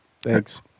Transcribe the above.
Thanks